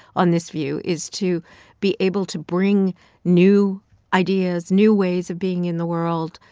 on this view, is to be able to bring new ideas new ways of being in the world,